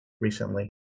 recently